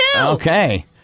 Okay